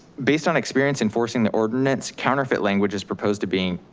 based on experience enforcing the ordinance, counterfeit language is proposed to being,